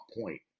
point